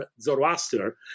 Zoroaster